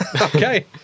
Okay